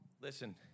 Listen